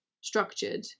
structured